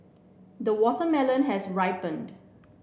the watermelon has ripened